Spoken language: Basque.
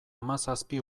hamazazpi